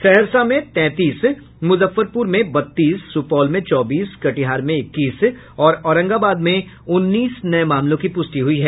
सहरसा में तैंतीस मुजफ्फरपुर में बत्तीस सुपौल में चौबीस कटिहार में इक्कीस और औरंगाबाद में उन्नीस नये मामलों की पुष्टि हुई है